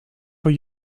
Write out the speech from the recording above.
voor